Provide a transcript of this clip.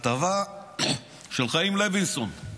כתבה של חיים לוינסון,